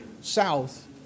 south